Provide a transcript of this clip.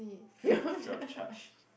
free of free of charge